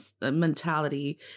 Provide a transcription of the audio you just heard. mentality